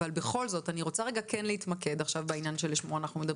אבל בכל זאת אני רוצה להתמקד בענין שלשמו אנחנו מדברים.